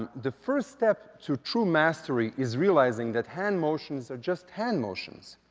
the first step to true mastery is realizing that hand motions are just hand motions.